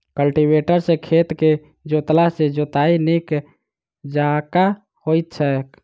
cultivator सॅ खेत के जोतला सॅ जोताइ नीक जकाँ होइत छै